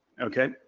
Okay